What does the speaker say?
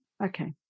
Okay